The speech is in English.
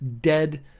dead